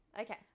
okay